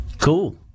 Cool